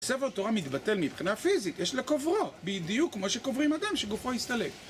ספר תורה מתבטל מבחינה פיזית, יש לקוברו, בדיוק כמו שקוברים אדם, שגופו הסתלק.